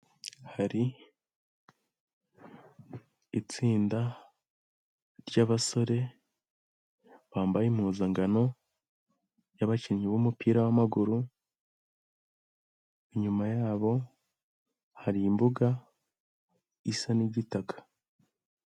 Hari itsinda ry'abasore bambaye impuzankano y'abakinnyi b'umupira w'amaguru, inyuma yabo hari imbuga isa n'igitaka.